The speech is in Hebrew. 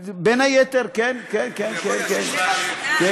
שלא יגידו שאתה רוצה לעזור ל"ישראל היום".